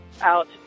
out